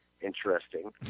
interesting